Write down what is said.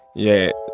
yeah.